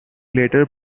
later